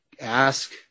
ask